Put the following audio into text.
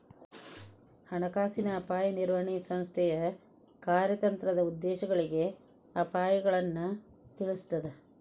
ಹಣಕಾಸಿನ ಅಪಾಯ ನಿರ್ವಹಣೆ ಸಂಸ್ಥೆಯ ಕಾರ್ಯತಂತ್ರದ ಉದ್ದೇಶಗಳಿಗೆ ಅಪಾಯಗಳನ್ನ ತಿಳಿಸ್ತದ